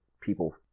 people